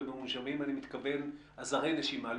אני מתכוון עזרי נשימה,